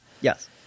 Yes